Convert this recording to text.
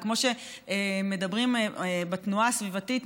וכמו שמדברים בתנועה הסביבתית,